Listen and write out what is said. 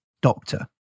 doctor